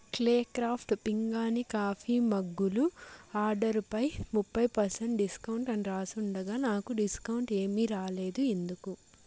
clay craft పింగాణి coffee మగ్గులు ఆర్డరుపై ముప్పై పర్సెంట్ డిస్కౌంట్ అని రాసుండగా నాకు డిస్కౌంట్ ఏమీ రాలేదు ఎందుకు